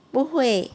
不会